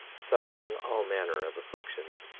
suffering all manner of afflictions,